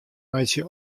meitsje